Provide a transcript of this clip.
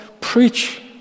preach